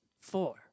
four